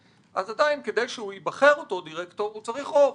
אבל עדיין כדי שייבחר אותו דירקטור הוא צריך רוב